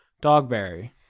Dogberry